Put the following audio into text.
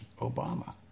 Obama